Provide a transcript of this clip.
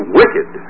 wicked